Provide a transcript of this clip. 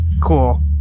Cool